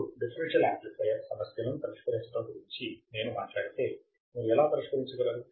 ఇప్పుడు డిఫరెన్షియల్యాంప్లిఫైయర్ సమస్యలను పరిష్కరించడం గురించి నేను మాట్లాడితే మీరు ఎలా పరిష్కరించగలరు